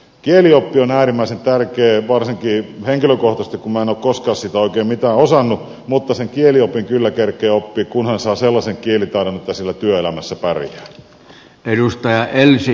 kielioppi on äärimmäisen tärkeää varsinkin henkilökohtaisesti kun minä en ole koskaan siitä oikein mitään osannut mutta sen kieliopin kyllä kerkeää oppia kunhan saa sellaisen kielitaidon että sillä työelämässä pärjää